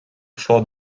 fort